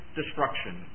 destruction